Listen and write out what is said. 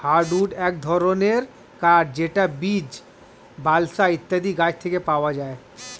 hardwood এক ধরনের কাঠ যেটা বীচ, বালসা ইত্যাদি গাছ থেকে পাওয়া যায়